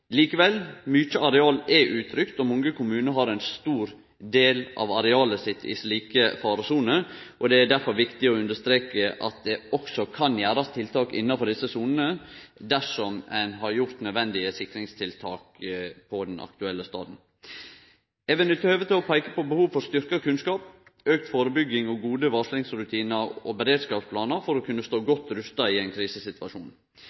Likevel: Mykje areal er utrygt, og mange kommunar har ein stor del av arealet sitt i slike faresoner. Det er difor viktig å understreke at det også kan gjerast tiltak innanfor desse sonene, dersom ein har gjort nødvendige sikringstiltak på den aktuelle staden. Eg vil nytte høvet til å peike på behovet for styrkt kunnskap, auka førebygging, gode varslingsrutinar og beredskapsplanar for å kunne stå